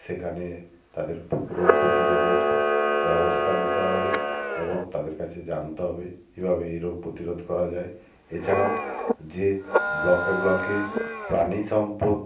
সেখানে তাদের রোগ প্রতিরোধের ব্যবস্থা নিতে হবে এবং তাদের কাছে জানতে হবে কীভাবে এই রোগ প্রতিরোধ করা যায় এছাড়াও যে ব্লকে ব্লকে প্রাণী সম্পদ